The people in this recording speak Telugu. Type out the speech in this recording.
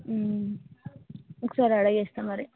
ఒకసారి అడిగేస్తాను మరి